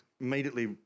immediately